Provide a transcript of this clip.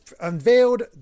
unveiled